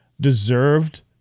deserved